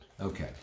Okay